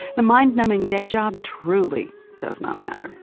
the mind-numbing day job truly does not matter